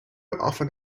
often